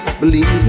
believe